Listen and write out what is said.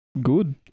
Good